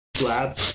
lab